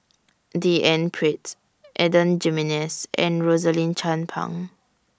D N Pritt Adan Jimenez and Rosaline Chan Pang